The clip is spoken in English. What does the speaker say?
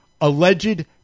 alleged